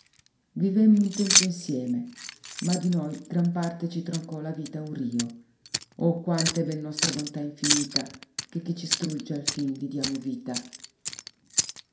vivemmo un tempo insieme ma di noi gran parte ci troncò la vita un rio oh quanta è ben nostra bontà infinita che chi ci strugge alfin di diamo vita